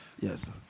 Yes